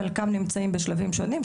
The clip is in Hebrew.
חלקם נמצאים בשלבים שונים,